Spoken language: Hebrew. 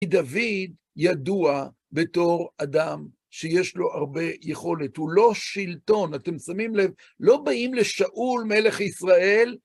דוד ידוע בתור אדם שיש לו הרבה יכולת, הוא לא שלטון, אתם שמים לב, לא באים לשאול מלך ישראל.